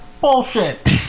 bullshit